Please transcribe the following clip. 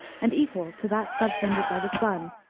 and equal to that subtended by the sun.